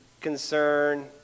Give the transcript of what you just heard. concern